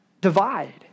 divide